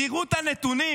תראו את הנתונים,